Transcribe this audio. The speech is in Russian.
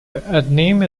одним